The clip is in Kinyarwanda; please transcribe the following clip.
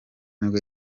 nibwo